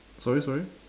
sorry sorry